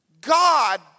God